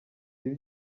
ibi